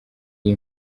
iyi